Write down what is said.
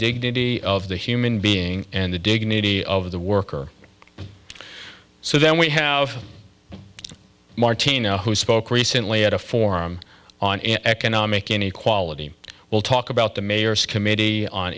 dignity of the human being and the dignity of the worker so then we have martina who spoke recently at a forum on economic inequality we'll talk about the mayor's committee on